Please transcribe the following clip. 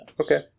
okay